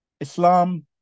Islam